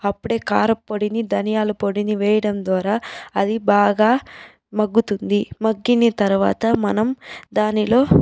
అప్పుడే కారప్పొడిని ధనియాల పొడిని వేయడం ద్వారా అది బాగా మగ్గుతుంది మగ్గిని తర్వాత మనం దానిలో